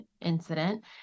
incident